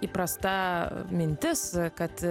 įprasta mintis kad